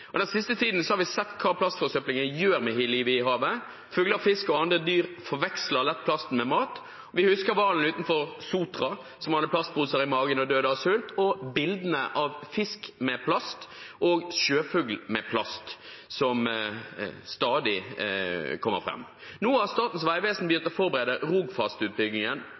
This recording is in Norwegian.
Den siste tiden har vi sett hva plastforsøplingen gjør med livet i havet. Fugler, fisk og andre dyr forveksler lett plasten med mat. Vi husker hvalen utenfor Sotra som hadde plastposer i magen og døde av sult, og bildene av fisk med plast og sjøfugl med plast som stadig kommer fram. Nå har Statens vegvesen begynt å forberede